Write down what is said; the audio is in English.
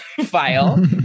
file